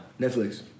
Netflix